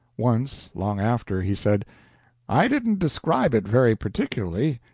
once, long after, he said i didn't describe it very particularly,